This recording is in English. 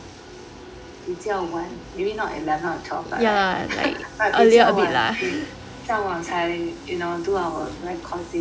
比较晚 maybe not eleven or twelve lah right but 比较晚可以上网才 you know do our recording